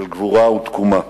של גבורה ותקומה.